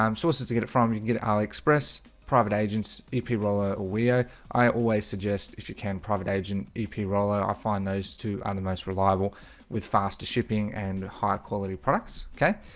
um sources to get it from you can get aliexpress private agents if people are aware i always suggest if you can private agent bp roller i find those two are the most reliable with faster shipping and higher quality products. okay